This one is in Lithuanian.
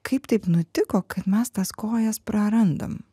kaip taip nutiko kad mes tas kojas prarandam